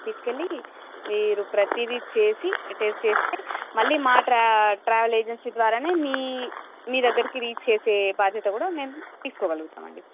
తీసుకెళ్ళి మీరు ప్రతిదీ చేసి టెస్ట్ చేస్తే మళ్ళీ మా ట్రా ట్రావెల్ ఏజెన్సీ ద్వారానే మీ మీ దగ్గరికి రీచ్ చేసే బాధ్యత కూడా మేము తీసుకోగలుగుతామండి